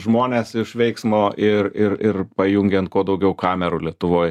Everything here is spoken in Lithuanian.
žmonės iš veiksmo ir ir ir pajungiant kuo daugiau kamerų lietuvoj